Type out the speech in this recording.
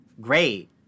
great